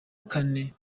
kane